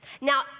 Now